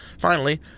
Finally